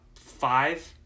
five